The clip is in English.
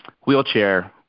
wheelchair